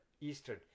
Eastern